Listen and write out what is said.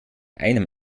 einem